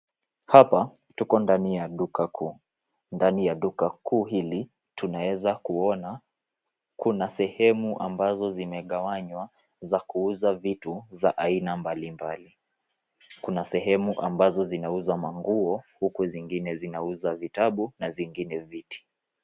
Hapa tuko ndani ya duka kuu. Ndani ya duka kuu hili tunaweza kuona kuna sehemu ambazo zimegawanywa za kuuza vitu za aina mbalimbali. Kuna sehemu ambazo zinauza manguo huku zingine zinauza vitabu na zingine viti.